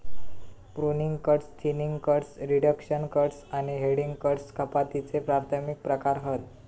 pruning cuts, thinning cuts, reduction cuts आणि heading cuts कपातीचे प्राथमिक प्रकार हत